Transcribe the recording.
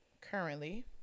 currently